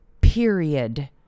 period